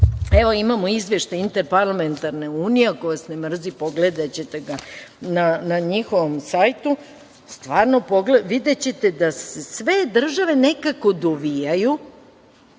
evo imamo izveštaj Interparlamentarne unije, ako vas ne mrzi pogledaćete ga, na njihovom sajtu, videćete da se sve države nekako dovijaju